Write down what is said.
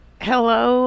Hello